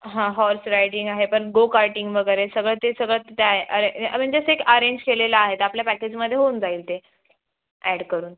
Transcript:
हां horse riding आहे पण गो कार्टिंग वगैरे सगळं ते सगळं त्यात अरे ए म्हणजे असं एक आरेंज केलेले आहेत आपल्या पॅकेजमध्ये होऊन जाईल ते अॅड करून